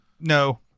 No